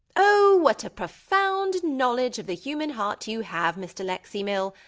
oh, what a profound knowledge of the human heart you have, mr. lexy mill!